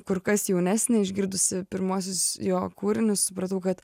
kur kas jaunesnė išgirdusi pirmuosius jo kūrinius supratau kad